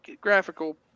graphical